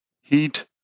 heat